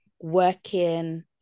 working